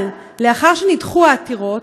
אבל לאחר שנדחו העתירות,